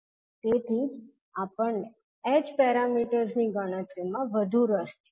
તેથી જ આપણને h પેરામીટર્સ ની ગણતરીમાં વધુ રસ છે